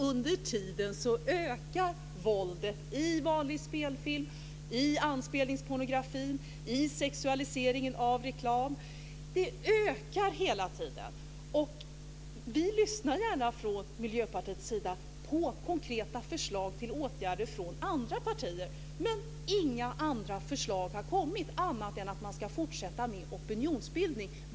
Under tiden ökar våldet i vanlig spelfilm, i anspelningspornografin, i sexualiseringen av reklam. Det ökar hela tiden. Vi från Miljöpartiet lyssnar gärna på konkreta förslag till åtgärder från andra partier. Men inga andra förslag har kommit annat än att man ska fortsätta med opinionsbildning.